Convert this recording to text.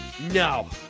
No